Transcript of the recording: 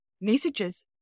messages